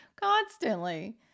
constantly